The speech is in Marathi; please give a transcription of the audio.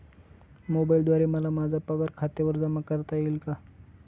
मोबाईलद्वारे मला माझा पगार खात्यावर जमा करता येईल का?